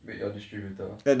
with your distributor